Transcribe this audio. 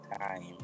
time